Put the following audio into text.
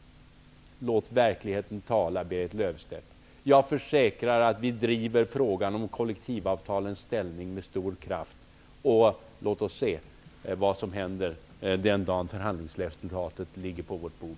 Låt verkligheten tala, Berit Löfstedt! Jag försäkrar att vi driver frågan om kollektivavtalens ställning med stor kraft. Låt oss se vad som händer den dag när förhandlingsresultatet ligger på vårt bord.